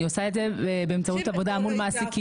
אני עושה את זה באמצעות עבודה מול מעסיקים.